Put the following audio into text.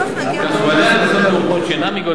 בעלי ההכנסות הנמוכות שאינם מגיעים